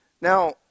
Now